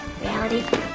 reality